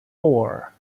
four